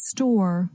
Store